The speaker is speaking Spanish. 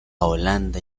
holanda